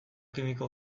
kimiko